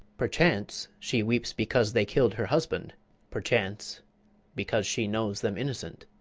perchance she weeps because they kill'd her husband perchance because she knows them innocent.